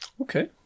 Okay